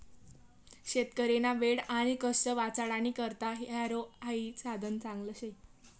शेतकरीना वेळ आणि कष्ट वाचाडानी करता हॅरो हाई साधन चांगलं शे